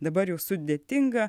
dabar jau sudėtinga